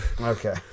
Okay